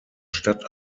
stadt